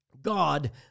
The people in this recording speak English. God